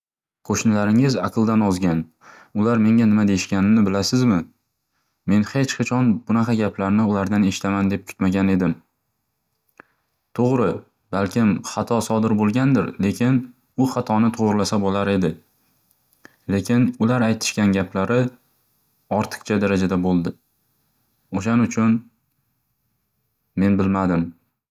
Qo'shnilaringiz aqldan ozgan! Ular menga nima deyishganini bilasizmi? Men hech qachon bunaqa gaplarni ulardan eshitaman deb kutmagan edim. To'g'ri, balkim xato sodir bo'lgandir, lekin u xatoni to'g'irlasa bo'lar edi. Lekin ular aytishgan gaplari ortiqcha darajada bo'ldi. O'shan uchun men bilmadim.